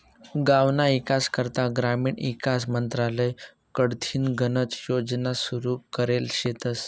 गावना ईकास करता ग्रामीण ईकास मंत्रालय कडथीन गनच योजना सुरू करेल शेतस